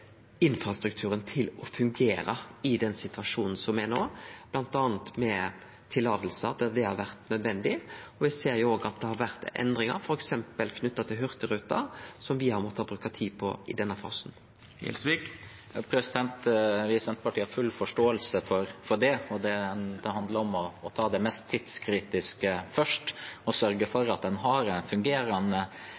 infrastrukturen til å fungere i den situasjonen som er no, bl.a. med løyve der det har vore nødvendig. Eg ser også at det har vore endringar f.eks. knytte til Hurtigruten, som me har måtta bruke tid på i denne fasen. Vi i Senterpartiet har full forståelse for det. Det handler om å ta det mest tidskritiske først og sørge for